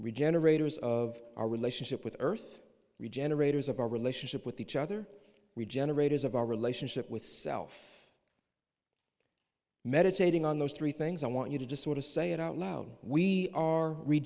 regenerators of our relationship with earth regenerators of our relationship with each other regenerators of our relationship with self meditating on those three things i want you to just sort of say it out loud we are re